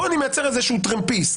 פה אני מייצר איזשהו טרמפיסט.